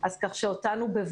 כך שאותנו לא